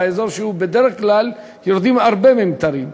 באזור שבדרך כלל יורדים בו הרבה ממטרים,